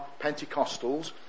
Pentecostals